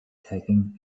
taking